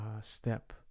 step